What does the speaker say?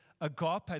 agape